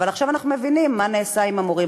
אבל עכשיו אנחנו מבינים מה נעשה עם המורים.